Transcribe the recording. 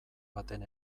baten